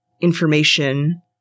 information